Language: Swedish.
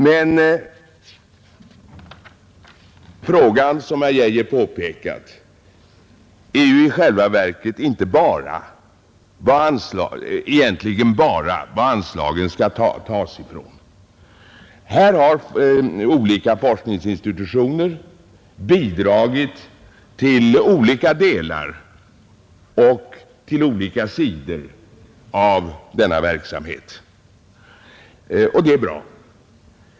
Men som herr Geijer sade är det i själva verket här endast fråga om varifrån anslagen skall tas. Olika forskningsinstitutioner har här bidragit till olika delar och till olika sidor av denna verksamhet, och det är bra.